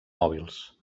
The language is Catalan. mòbils